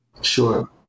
Sure